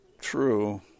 true